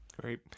Great